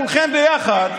כולכם ביחד,